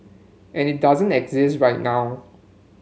and it doesn't exist right now